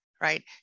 right